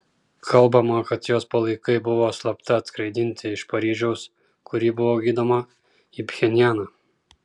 kalbama kad jos palaikai buvo slapta atskraidinti iš paryžiaus kur ji buvo gydoma į pchenjaną